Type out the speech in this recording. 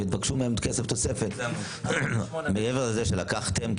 ותבקשו מהם כסף תוספת מעבר לזה שלקחתם,